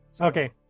Okay